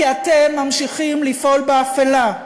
כי אתם ממשיכים לפעול באפלה.